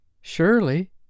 Surely